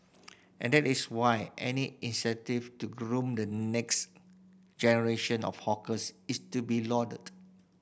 and that is why any initiative to groom the next generation of hawkers is to be lauded